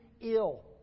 ill